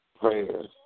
prayers